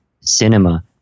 cinema